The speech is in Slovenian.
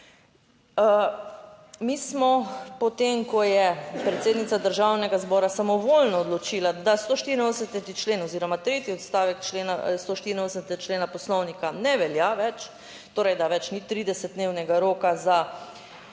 Mi smo potem, ko je predsednica Državnega zbora samovoljno odločila, da 184. člen oziroma tretji odstavek člena, 184. člena Poslovnika ne velja več, torej, da več ni 30-dnevnega roka za